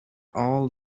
all